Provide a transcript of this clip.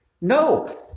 No